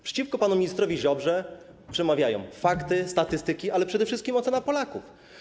Przeciwko panu ministrowi Ziobrze przemawiają fakty, statystyki, ale przede wszystkim ocena Polaków.